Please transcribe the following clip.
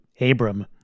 Abram